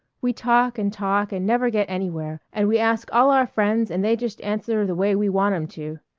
we talk and talk and never get anywhere, and we ask all our friends and they just answer the way we want em to.